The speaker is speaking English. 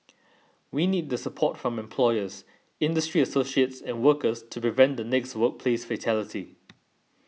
we need the support from employers industry associates and workers to prevent the next workplace fatality